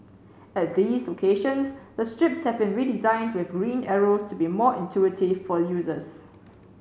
at these locations the strips have been redesigned with green arrows to be more intuitive for users